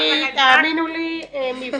תאמינו לי, מבנים,